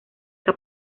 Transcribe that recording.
que